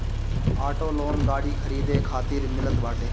auto loan गाड़ी खरीदे खातिर मिलत बाटे